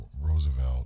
Roosevelt